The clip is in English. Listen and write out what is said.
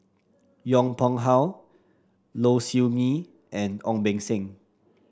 Yong Pung How Low Siew Nghee and Ong Beng Seng